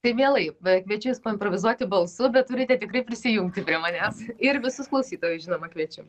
tai mielai kviečiu jus paimprovizuoti balsu bet turite tikrai prisijungti prie manęs ir visus klausytojus žinoma kviečiu